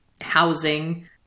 housing